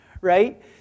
right